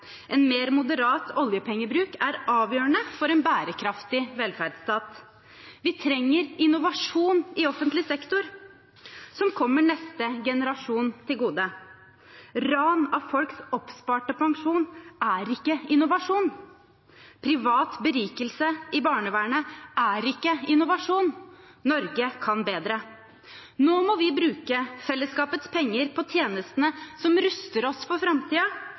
En mer moderat oljepengebruk er avgjørende for en bærekraftig velferdsstat. Vi trenger innovasjon i offentlig sektor som kommer neste generasjon til gode. Ran av folks oppsparte pensjon er ikke innovasjon, privat berikelse i barnevernet er ikke innovasjon – Norge kan bedre. Nå må vi bruke fellesskapets penger på tjenestene som ruster oss for